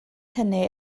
hynny